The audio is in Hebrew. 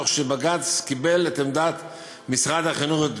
ובג"ץ קיבל את עמדת משרד החינוך ואת